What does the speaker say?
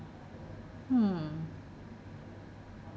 hmm